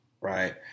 Right